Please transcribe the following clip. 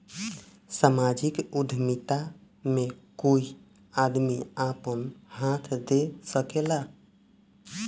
सामाजिक उद्यमिता में कोई आदमी आपन हाथ दे सकेला